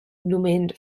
legume